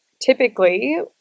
typically